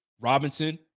Robinson